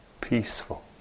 peaceful